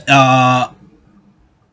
uh